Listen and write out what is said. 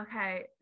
Okay